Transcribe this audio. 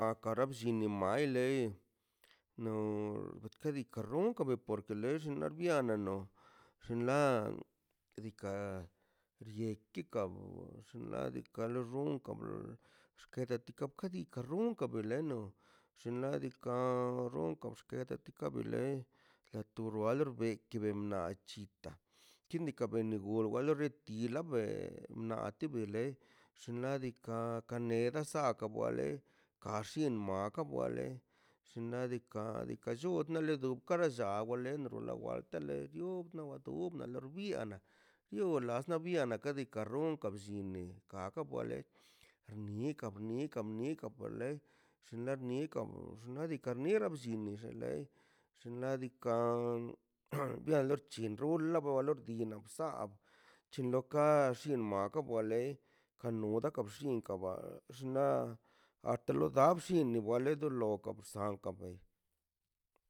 A kara bllini mai le no diikaꞌ nika ronkan be porte lellon niana no xinladikaꞌ blleki kabr kadika xonka bloḻ xkadika la kadika ron ka bileno xinladika ronka ka bxe ka bi lei la tur biakle kebie nai c̱hita kindika lor be gole retila be a tu be le xinladika kanega saaka wa le kar llien maka wale xinladika diikaꞌ llod nalo do kara sha wale enno la waltele de dio wate urna le biana your la bis biana la dika ron ronka bllini ḻa a ka bueḻe xnika bni kanika bini wale xinla bnika wa xnaꞌ diikaꞌ nira bllin nixa lei xinladika lorla bc̱hin rui lava lordi naabzab chinloka bxin maka wa lei ka nuga ka bxin kaba xnaꞌ a to lo badashien ni wale dolo sanka be